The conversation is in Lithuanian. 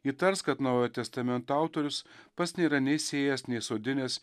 įtars kad naujojo testamento autorius pats nėra nei sėjęs nei sodinęs